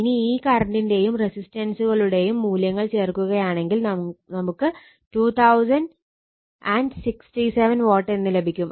ഇനി ഈ കറണ്ടിന്റെയും റെസിസ്റ്റൻസുകളുടെയും മൂല്യങ്ങൾ ചേർക്കുകയാണെങ്കിൽ നമുക്ക് 2067 watt എന്ന് ലഭിക്കും